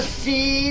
see